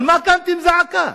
על מה הקמתם זעקה?